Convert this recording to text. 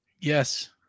Yes